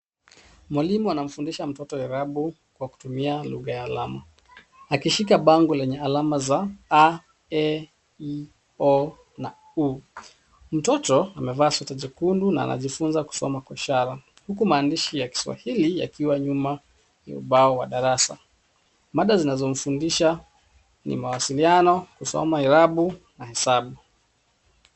Mwalimu anamfundisha mtoto irabu kwa kutumia lugha ya alama, akishika bango lenye alama za A, E, I, O na U. Mtoto amevaa sweta jekundu na anajifunza kusoma kwa ishara huku maandishi ya Kiswahili yakiwa nyuma ya ubao wa darasa. Mada zinazomfundisha ni mawasiliano, kusoma irabu na hesabu.